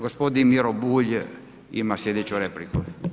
Gospodin Miro Bulj ima slijedeću repliku.